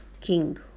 king